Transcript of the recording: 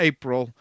April